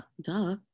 duh